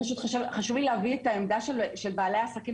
חשוב לי להביא את העמדה של בעלי העסקים